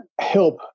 help